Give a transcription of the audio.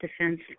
defense